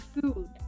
food